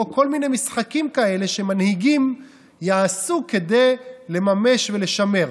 כל מיני משחקים כאלה שמנהיגים יעשו כדי לממש ולשמר,